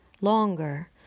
longer